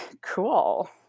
Cool